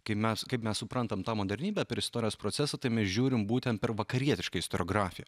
kaip mes kaip mes suprantam tą modernybę per istorijos procesą tai mes žiūrim būtent per vakarietišką istoriografiją